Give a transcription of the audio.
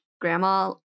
grandma